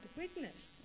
witness